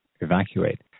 evacuate